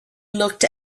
looked